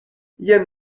jen